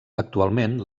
actualment